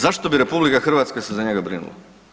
Zašto bi RH se za njega brinula?